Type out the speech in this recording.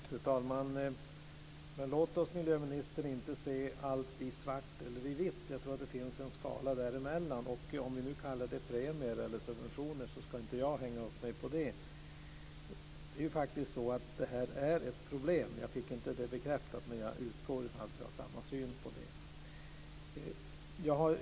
Fru talman! Låt oss inte se allt i svart eller vitt, miljöministern! Jag tror att det finns en skala däremellan. Jag ska inte hänga upp mig på huruvida vi nu kallar det för premier eller subventioner. Det här är faktiskt ett problem. Jag fick inte det bekräftat, men jag utgår från att vi har samma syn på det.